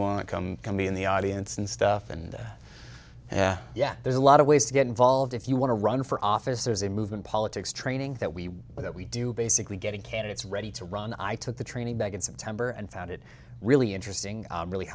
to come and be in the audience and stuff and yet there's a lot of ways to get involved if you want to run for office there's a movement politics training that we that we do basically getting candidates ready to run i took the training back in september and found it really interesting really